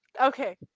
okay